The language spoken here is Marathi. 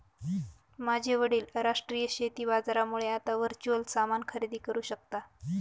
माझे वडील राष्ट्रीय शेती बाजारामुळे आता वर्च्युअल सामान खरेदी करू शकता